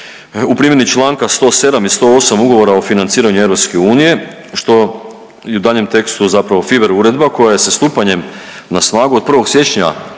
u primjeni čl. 107. i 108. Ugovora o financiranju EU što je u daljnjem tekstu zapravo Fiver uredba koja se stupanjem na snagu od 1. siječnja